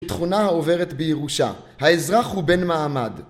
תכונה עוברת בירושה, האזרח הוא בן מעמד